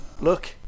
look